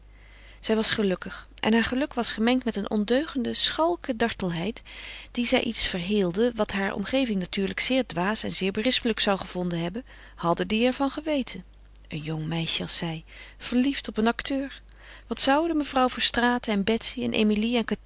zij was gelukkig en haar geluk was gemengd met een ondeugende schalke dartelheid dat zij iets verheelde wat haar omgeving natuurlijk zeer dwaas en zeer berispelijk zou gevonden hebben hadde die er van geweten een jong meisje als zij verliefd op een acteur wat zouden mevrouw verstraeten en betsy en emilie en